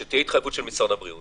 שתהיה התחייבות של משרד הבריאות